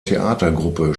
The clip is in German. theatergruppe